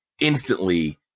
instantly